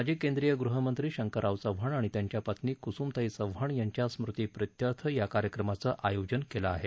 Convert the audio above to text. माजी केंद्रीय गृहमंत्री शंकरराव चव्हाण आणि त्यांच्या पत्नी कुसुमताई चव्हाण यांच्या स्मृतीप्रित्यर्थ या कार्यक्रमांच आयोजन केलं आहे